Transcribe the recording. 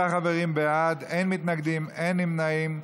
39 חברים בעד, אין מתנגדים, אין נמנעים.